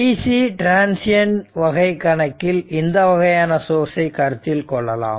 DC transient வகை கணக்கில் இந்த வகையான சோர்ஸ் சை கருத்தில் கொள்ளலாம்